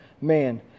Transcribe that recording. man